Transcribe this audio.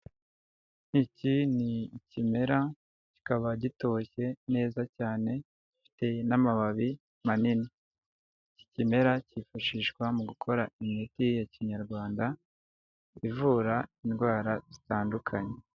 Iki ni kimera kikaba gitoshye neza cyane fite n'amababi manini iki kimera cyifashishwa mu gukora imiti ya kinyarwanda ivura indwara zitandukanye.